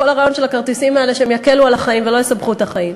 כל הרעיון של הכרטיסים האלה הוא שהם יקלו על החיים ולא יסבכו את החיים.